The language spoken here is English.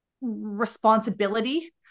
responsibility